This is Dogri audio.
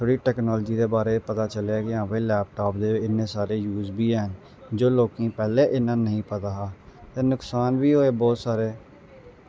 थोह्ड़ी टैकनॉलजी दे बारे च पता चलेआ कि हां भाई लैपटाप दे इन्ने सारे यूस बी हैन जो लोकें गी पैह्लें इन्ना नेईं पता हा ते नकसान बी होए बौह्त सारे